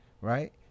right